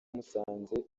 musanze